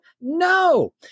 no